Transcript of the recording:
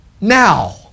now